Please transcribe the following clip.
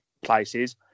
places